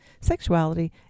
sexuality